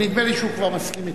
נדמה לי שהוא כבר מסכים אתך.